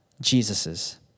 Jesus's